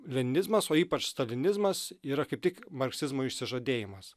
leninizmas o ypač stalinizmas yra kaip tik marksizmo išsižadėjimas